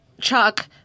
Chuck